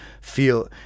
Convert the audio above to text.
feel